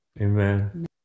Amen